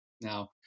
Now